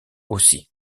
aussi